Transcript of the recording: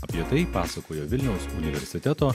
apie tai pasakojo vilniaus universiteto